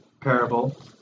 parable